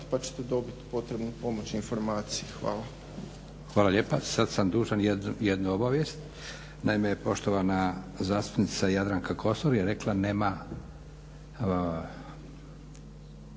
pa ćete dobiti potrebnu pomoć i informacije. Hvala. **Leko, Josip (SDP)** Hvala lijepa. Sad sam dužan jednu obavijest. Naime, poštovana zastupnica Jadranka Kosor je rekla nema